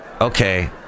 Okay